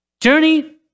Journey